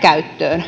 käyttöön